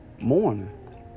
morning